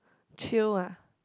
chio ah